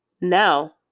now